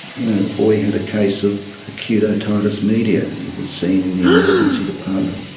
you know the boy had a case of acute otitis media. and he was seen in the emergency department.